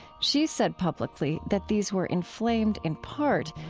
she's said publicly that these were inflamed, in part,